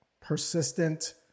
persistent